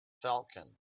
falcon